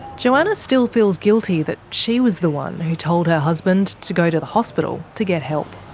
johanna still feels guilty that she was the one who told her husband to go to the hospital to get help.